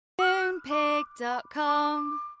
Moonpig.com